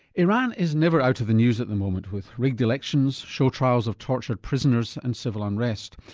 iran is never out of the news at the moment with rigged elections, show trials of tortured prisoners and civil unrest.